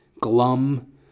glum